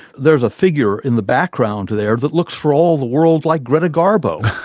there's a figure in the background there that looks for all the world like greta garbo,